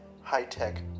high-tech